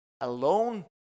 alone